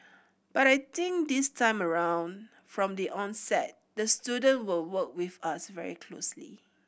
but I think this time around from the onset the student will work with us very closely